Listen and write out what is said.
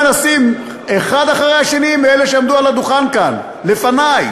מנסים האחד אחרי השני מאלה שעמדו על הדוכן כאן לפני,